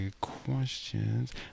questions